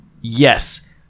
Yes